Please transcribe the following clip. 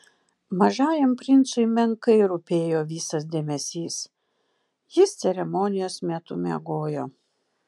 mažajam princui menkai rūpėjo visas dėmesys jis ceremonijos metu miegojo